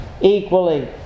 equally